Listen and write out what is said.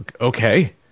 Okay